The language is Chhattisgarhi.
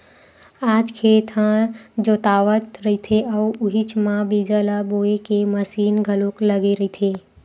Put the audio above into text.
आज खेत ह जोतावत रहिथे अउ उहीच म बीजा ल बोए के मसीन घलोक लगे रहिथे